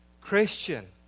Christian